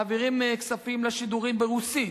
מעבירים כספים לשידורים ברוסית,